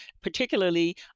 particularly